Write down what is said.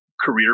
career